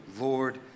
Lord